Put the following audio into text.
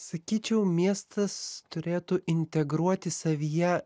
sakyčiau miestas turėtų integruoti savyje